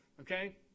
okay